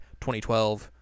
2012